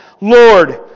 Lord